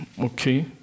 okay